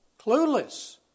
Clueless